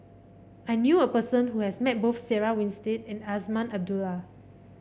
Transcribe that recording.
I knew a person who has met both Sarah Winstedt and Azman Abdullah